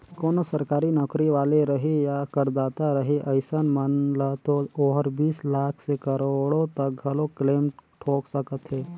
कोनो सरकारी नौकरी वाले रही या करदाता रही अइसन मन ल तो ओहर बीस लाख से करोड़ो तक घलो क्लेम ठोक सकत हे